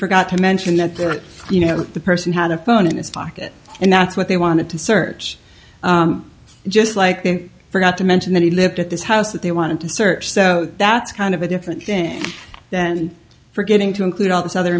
forgot to mention that there you know the person had a phone in his pocket and that's what they wanted to search just like they forgot to mention that he lived at this house that they wanted to search so that's kind of a different thing then forgetting to include all this other